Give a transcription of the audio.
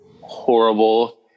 horrible